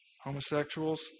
homosexuals